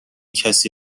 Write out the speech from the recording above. کسی